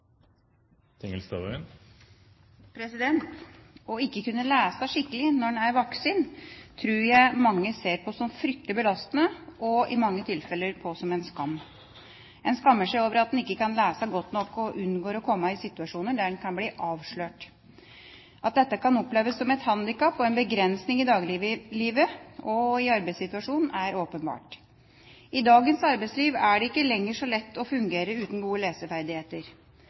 til. Å ikke kunne lese skikkelig når en er voksen, tror jeg mange ser på som fryktelig belastende og i mange tilfeller en skam. En skammer seg over at en ikke kan lese godt nok og unngår å komme i situasjoner der en kan bli «avslørt». At dette kan oppleves som et handikap og en begrensning i dagliglivet og i arbeidssituasjonen, er åpenbart. I dagens arbeidsliv er det ikke lenger så lett å fungere uten gode leseferdigheter.